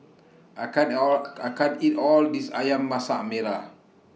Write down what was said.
I can't All I can't eat All This Ayam Masak Merah